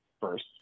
first